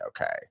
okay